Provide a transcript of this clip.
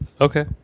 okay